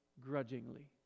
grudgingly